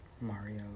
Mario